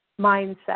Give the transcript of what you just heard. mindset